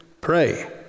pray